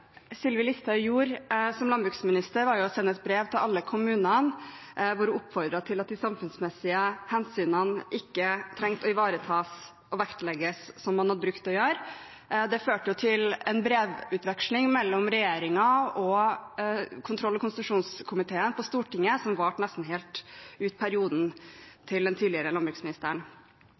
Sylvi Listhaug gjorde som landbruksminister, var å sende et brev til alle kommuner hvor hun oppfordret til at de samfunnsmessige hensynene ikke trengte å ivaretas og vektlegges, slik man har brukt å gjøre. Det førte til en brevveksling mellom regjeringen og kontroll- og konstitusjonskomiteen på Stortinget som varte ut nesten hele perioden til den tidligere landbruksministeren.